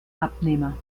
abnehmer